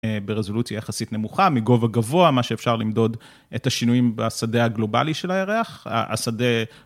ברזולוציה יחסית נמוכה, מגובה גבוה, מה שאפשר למדוד את השינויים בשדה הגלובלי של הירח, השדה...